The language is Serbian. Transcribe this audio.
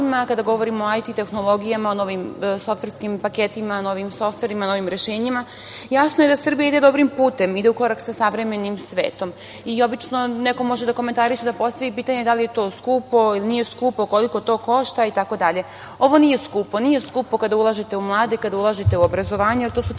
kada govorimo o IT tehnologijama, o novim softverskim paketima, novim softverima, novim rešenjima, jasno je da Srbija ide dobrim putem, ide u korak sa savremenim svetom. Neko može da komentariše, da postavi pitanje da li je to skupo ili nije skupo, koliko to košta itd. Ovo nije skupo. Nije skupo kada ulažete u mlade, kada ulažete u obrazovanje jer to su temelji